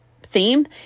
theme